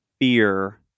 fear